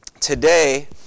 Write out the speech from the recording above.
Today